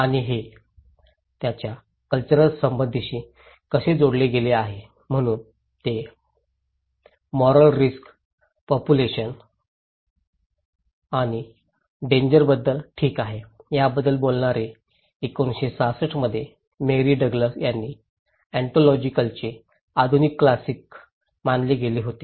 आणि हे त्यांच्या कॅल्चरल संबद्धतेशी कसे जोडले गेले आहे म्हणूनच ते मॉरल रिस्क पॉपुलशन आणि डेंजरबद्दल ठीक आहे याबद्दल बोलणारे 1966 मध्ये मेरी डगलस यांनी ऑन्टॉलॉजिकलचे आधुनिक क्लासिक मानले गेले होते